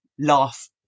laugh